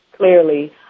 clearly